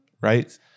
right